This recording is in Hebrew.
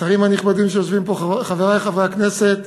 השרים הנכבדים שיושבים פה, חברי חברי הכנסת,